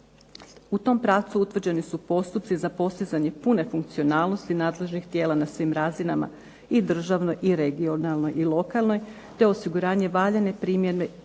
U tom pravcu utvrđeni su postupci za postizanje pune funkcionalnosti nadležnih tijela na svim razinama, i državnoj i regionalnoj i lokalnoj te osiguranje valjane primjene i provedbe